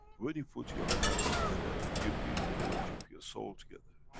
when you put your hands together you bring the energy of your soul together,